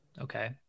Okay